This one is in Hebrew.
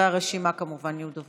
חבר הכנסת יעקב